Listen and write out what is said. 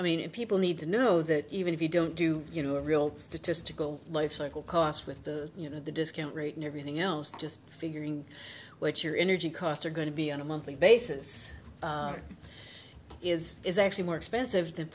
i mean it people need to know that even if you don't do you know a real statistical lifecycle cost with the you know the discount rate and everything else just figuring what your energy costs are going to be on a monthly basis is is actually more expensive than